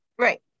Right